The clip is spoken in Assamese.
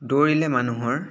দৌৰিলে মানুহৰ